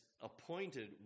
appointed